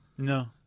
No